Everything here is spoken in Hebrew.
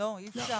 אי אפשר.